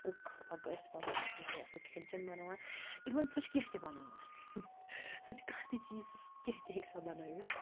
cook اگہ یَتھ وَنو یہِ حظ چھِ واریاہ اَصٕل کھٮ۪ن چٮ۪ن بَناوان اِوٕن سۄ چھِ کینٛہہ تہِ بَناوان سۄ چھِ کانٛہہ تہِ چیٖزَس کینٛہہ تہِ ہیٚکہِ سۄ بَنٲوِتھ